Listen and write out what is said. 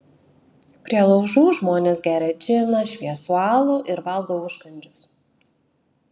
prie laužų žmonės geria džiną šviesų alų ir valgo užkandžius